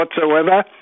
whatsoever